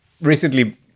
recently